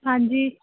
ਹਾਂਜੀ